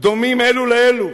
דומים אלו לאלו"